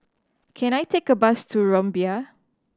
can I take a bus to Rumbia